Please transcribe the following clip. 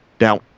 Now